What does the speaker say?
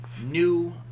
new